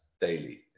daily